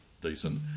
decent